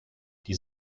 die